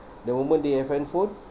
the moment they have handphone